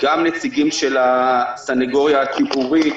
של הסנגוריה הציבורית,